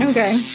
Okay